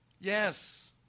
Yes